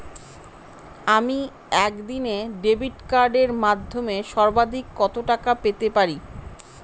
আমি একদিনে ডেবিট কার্ডের মাধ্যমে সর্বাধিক কত টাকা পেতে পারি?